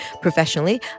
professionally